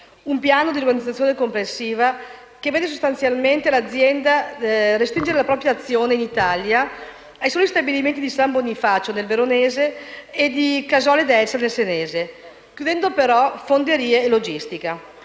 Un piano di riorganizzazione complessiva che vede sostanzialmente l'azienda restringere la propria azione in Italia ai soli stabilimenti di San Bonifacio, nel veronese, e di Casole d'Elsa, nel senese, chiudendo però fonderie e logistica.